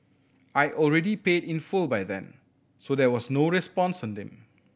I already paid in full by then so there was no response from him